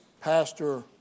Pastor